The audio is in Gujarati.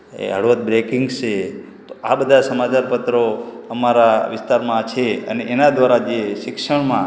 એ હળવદ બ્રેકિંગ્સ છે તો આ બધાં સમાચારપત્રો અમારા વિસ્તારમાં છે અને એના દ્વારા જે શિક્ષણમાં